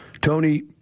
Tony